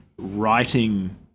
writing